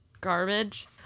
garbage